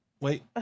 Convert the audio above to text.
Wait